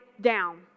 down